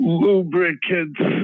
lubricants